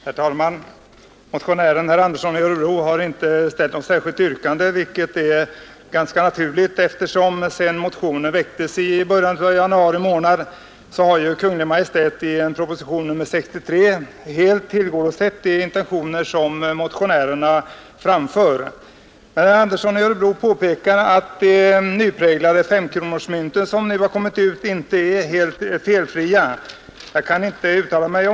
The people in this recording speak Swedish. Herr talman! Motionären, herr Andersson i Örebro, har inte ställt något särskilt yrkande, vilket är ganska naturligt, eftersom Kungl. Maj:t sedan motionen väcktes i början av januari månad i propositionen 63 helt har tillgodosett motionärernas intentioner. Jag kan inte uttala mig om herr Anderssons i Örebro påpekande att de nypräglade femkronorsmynt som nu kommit ut inte är helt felfria, men jag betvivlar inte att så kan vara fallet.